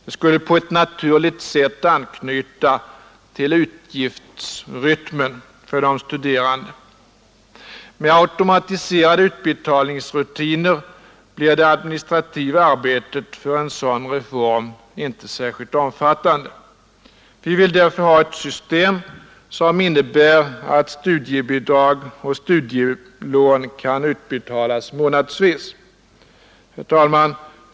Det skulle på ett naturligt sätt anknyta till utgiftsrytmen för de studerande. Med automatiserade utbetalningsrutiner blir det administrativa arbetet för en sådan reform inte särskilt omfattande. Vi vill därför ha ett system som innebär att studiebidrag och studielån kan utbetalas månadsvis. Herr talman!